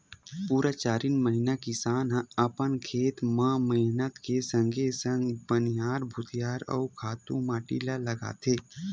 पुरा चारिन महिना किसान ह अपन खेत म मेहनत के संगे संग बनिहार भुतिहार अउ खातू माटी ल लगाथे